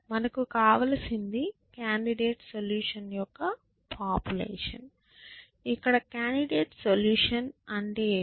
మనకు కావలసింది candidate solution యొక్క పాపులేషన్ ఇక్కడ కాండిడేట్ సొల్యూషన్ ఏమిటి